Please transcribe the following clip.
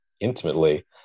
intimately